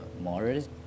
morals